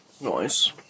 Nice